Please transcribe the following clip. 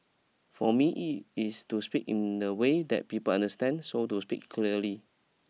for me it's to speak in a way that people understand so to speak clearly